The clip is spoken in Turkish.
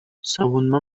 savunma